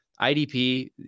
IDP